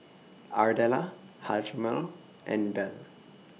Ardella Hjalmer and Belle